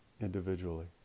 individually